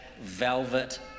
velvet